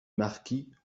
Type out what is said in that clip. marquis